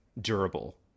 durable